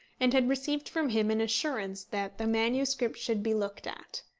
and had received from him an assurance that the manuscript should be looked at.